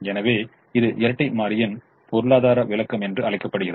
எனவே இது இரட்டை மாறியின் பொருளாதார விளக்கம் என்று அழைக்கப்படுகிறது